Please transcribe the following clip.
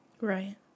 right